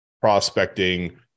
prospecting